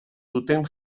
duten